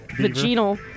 vaginal